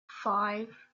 five